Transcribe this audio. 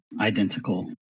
identical